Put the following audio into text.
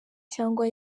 cyangwa